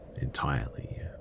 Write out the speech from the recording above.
entirely